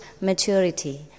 maturity